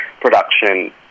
production